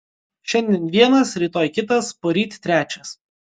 šiandien vienas rytoj kitas poryt trečias